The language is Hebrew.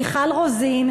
מיכל רוזין,